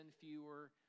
fewer